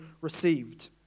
received